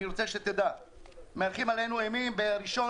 אני רוצה שתדע שמהלכים עלינו אימים שיסגרו בראשון